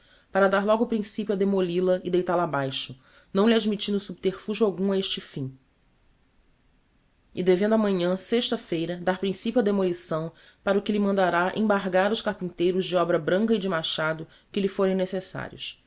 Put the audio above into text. para dar logo principio a demoli la e deita la abaixo não lhe admittindo subterfugio algum a este fim e devendo amanhan sesta feira dar principio á demolição para o que lhe mandará embargar os carpinteiros de obra branca e de machado que lhe forem necessarios